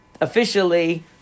officially